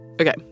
Okay